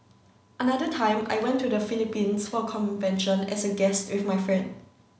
another time I went to the Philippines for a convention as a guest with my friend